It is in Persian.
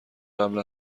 قبل